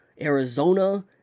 Arizona